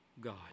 God